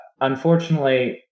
Unfortunately